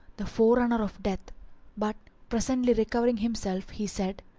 the forerunner of death but presently recovering himself he said,